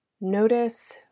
Notice